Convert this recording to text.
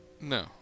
No